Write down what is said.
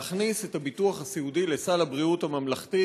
להכניס את הביטוח הסיעודי לסל הבריאות הממלכתי.